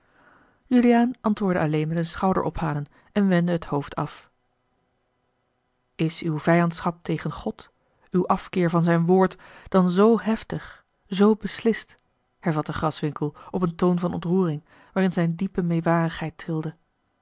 juliaan antwoordde alleen met een schouderophalen en wendde het hoofd af is uwe vijandschap tegen god uw afkeer van zijn woord dan zoo heftig zoo beslist hervatte graswinckel op een toon van ontroering waarin zijne diepe meêwarigheid